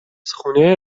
خونه